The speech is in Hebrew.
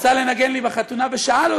שרצה לנגן לי בחתונה ושאל אותי,